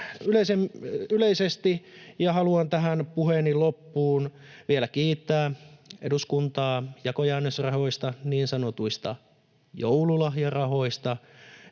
yleisesti. Haluan tähän puheeni loppuun vielä kiittää eduskuntaa jakojäännösrahoista, niin sanotuista joululahjarahoista,